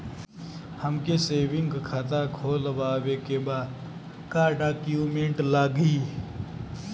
हमके सेविंग खाता खोलवावे के बा का डॉक्यूमेंट लागी?